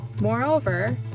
Moreover